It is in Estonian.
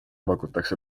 pakutakse